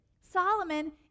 Solomon